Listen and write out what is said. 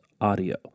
Audio